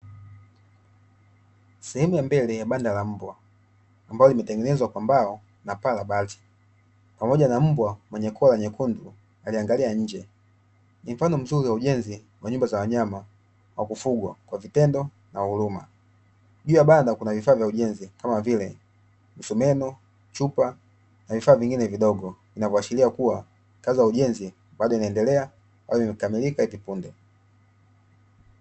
Sehemu ya mbele ya banda la mbwa, ambalo limetengenezwa kwa mbao na paa la bati, pamoja na mbwa mwenye kola nyekundu alieangalia nje. Ni mfano mzuri wa ujenzi wa nyumba za wanyama wakufugwa kwa vitendo na huruma, juu ya banda kuna vifaa vya ujenzi, kama vile msumeno, chupa na vifaa vingine vidogo vinavyo ashiria kuwa kazi ya ujenzi bado inaendelea au imekamilika hivi punde.